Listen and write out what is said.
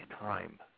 time